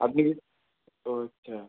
আপনি কি ও আচ্ছা